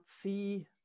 see